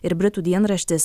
ir britų dienraštis